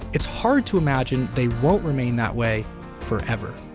it's hard to imagine they won't remain that way forever.